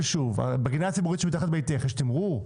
בגינה הציבורית שמתחת ביתך יש תמרור?